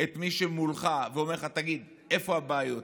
את מי שמולך ואומר: תגיד איפה הבעיות,